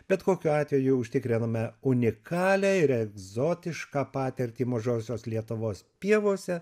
bet kokiu atveju užtikrinome unikalią ir egzotišką patirtį mažosios lietuvos pievose